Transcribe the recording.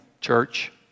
church